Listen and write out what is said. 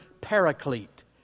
paraclete